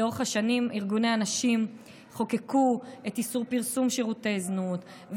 ולאורך השנים ארגוני הנשים חוקקו את איסור פרסום שירותי זנות,